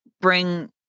bring